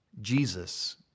Jesus